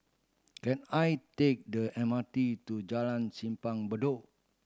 can I take the M R T to Jalan Simpang Bedok